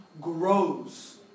grows